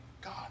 God